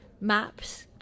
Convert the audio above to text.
Maps